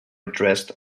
addressed